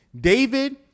David